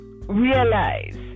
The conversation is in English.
realize